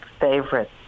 favorite